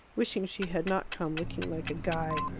wishing she had not come looking like a guy.